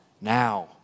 now